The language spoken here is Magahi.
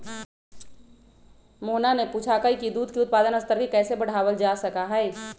मोहना ने पूछा कई की दूध के उत्पादन स्तर के कैसे बढ़ावल जा सका हई?